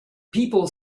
people